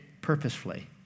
purposefully